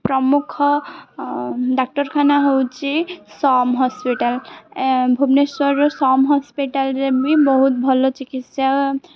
ପ୍ରମୁଖ ଡାକ୍ତରଖାନା ହେଉଛି ସମ୍ ହସ୍ପିଟାଲ୍ ଭୁବନେଶ୍ୱରର ସମ୍ ହସ୍ପିଟାଲ୍ରେ ବି ବହୁତ ଭଲ ଚିକିତ୍ସା